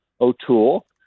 O'Toole